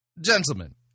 Gentlemen